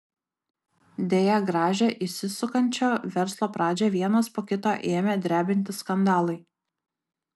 deja gražią įsisukančio verslo pradžią vienas po kito ėmė drebinti skandalai